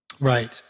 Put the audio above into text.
Right